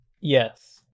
Yes